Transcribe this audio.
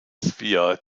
wir